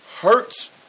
hurts